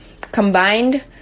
Combined